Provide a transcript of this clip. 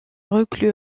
reclus